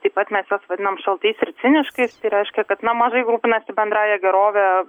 taip pat mes juos vadinam šaltais ir ciniškais tai reiškia kad na mažai rūpinasi bendrąja gerove